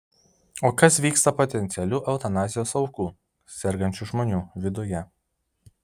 o kas vyksta potencialių eutanazijos aukų sergančių žmonių viduje